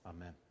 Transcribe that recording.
Amen